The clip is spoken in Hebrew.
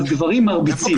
אז גברים מרביצים,